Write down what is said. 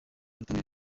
rutonde